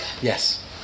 Yes